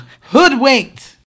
Hoodwinked